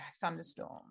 thunderstorm